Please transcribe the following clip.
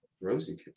Rosie